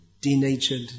denatured